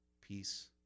peace